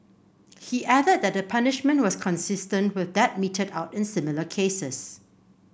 he added that the punishment was consistent with that meted out in similar cases